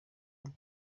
umwe